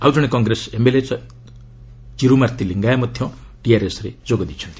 ଆଉ ଜଣେ କଂଗ୍ରେସ ଏମ୍ଏଲ୍ଏ ଚିରୁମାର୍ତ୍ତି ଲିଙ୍ଗାୟା ମଧ୍ୟ ଟିଆର୍ଏସ୍ରେ ଯୋଗ ଦେଇଛନ୍ତି